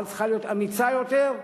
אבל צריכה להיות אמיצה יותר.